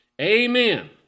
Amen